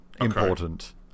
Important